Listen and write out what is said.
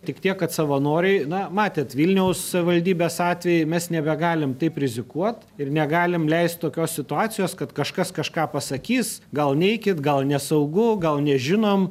tik tiek kad savanoriai na matėt vilniaus savivaldybės atveju mes nebegalim taip rizikuot ir negalim leist tokios situacijos kad kažkas kažką pasakys gal neikit gal nesaugu gal nežinom